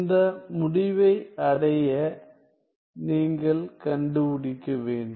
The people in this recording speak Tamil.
இந்த முடிவை அடைய நீங்கள் கண்டுபிடிக்க வேண்டும்